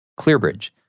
ClearBridge